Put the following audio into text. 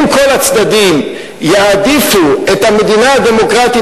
אם כל הצדדים יעדיפו את המדינה הדמוקרטית